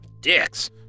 Dicks